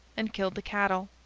and killed the cattle.